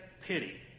pity